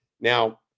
now